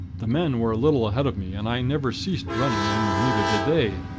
the men were a little ahead of me, and i never ceased running, and neither did they.